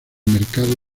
mercado